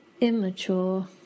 immature